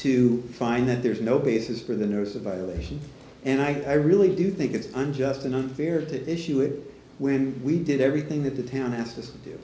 to find that there's no basis for the nurse a violation and i really do think it's unjust and unfair to issue it when we did everything that the town has to do